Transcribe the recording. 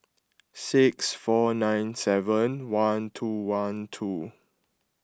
six four nine seven one two one two